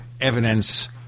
evidence